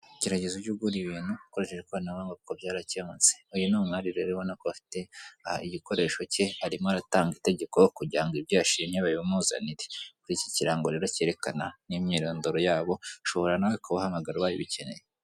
Gerageza ujye ugura ibintu ukoresheje ikoranabuhanga kuko byarakemutse, uyu ni umwari rero ubona ko afite aha igikoresho cye, arimo aratanga itegeko, kugira ngo ibyo yashimye babimuzanire, kuri iki kirango rero cyerekana n'imyirondoro yabo ushobora nawe kubahamagara abaye ubikeneye.